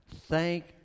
thank